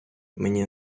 мені